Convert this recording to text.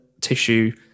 tissue